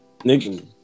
Nigga